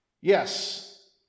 Yes